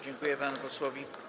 Dziękuję panu posłowi.